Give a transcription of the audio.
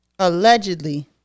allegedly